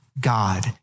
God